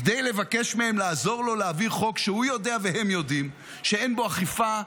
כדי לבקש מהם לעזור לו להעביר חוק שהוא יודע והם יודעים שאין בו אכיפה,